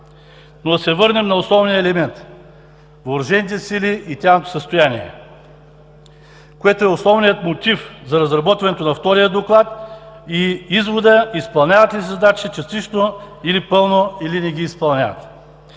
Но да се върнем на основния елемент – Въоръжените сили и тяхното състояние, което е основният мотив за разработването на втория доклад и извода изпълняват ли се задачите частично или пълно, или не ги изпълняват?